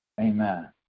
Amen